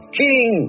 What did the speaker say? king